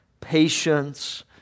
patience